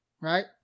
right